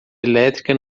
elétrica